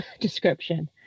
description